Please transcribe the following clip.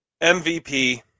MVP